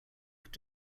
peak